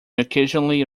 occasionally